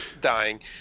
dying